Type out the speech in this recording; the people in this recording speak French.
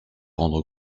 rendre